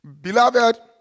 Beloved